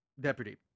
deputy